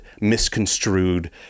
misconstrued